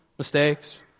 Mistakes